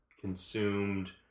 consumed